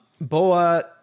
Boa